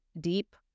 deep